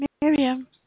Miriam